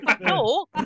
No